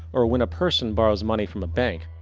or when a person borrows money from a bank,